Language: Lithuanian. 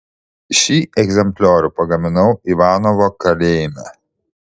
šį egzempliorių pagaminau ivanovo kalėjime